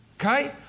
Okay